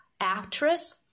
actress